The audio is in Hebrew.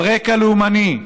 על רקע לאומני.